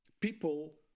people